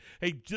Hey